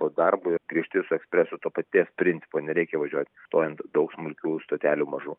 po darbo grįžti su ekspresu to paties principo nereikia važiuoti stojant daug smulkių stotelių mažų